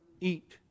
eat